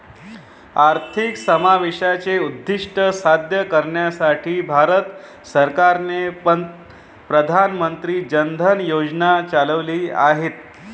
आर्थिक समावेशाचे उद्दीष्ट साध्य करण्यासाठी भारत सरकारने प्रधान मंत्री जन धन योजना चालविली आहेत